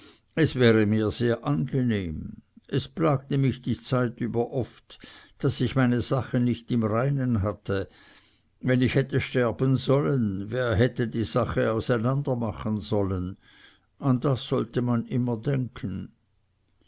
es wäre mir sehr angenehm es plagte mich die zeit über oft daß ich meine sache nicht im reinen hatte wenn ich hätte sterben sollen wer hätte die sache auseinandermachen sollen an das sollte man immer denken